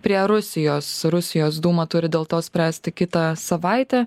prie rusijos rusijos dūma turi dėl to spręsti kitą savaitę